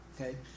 okay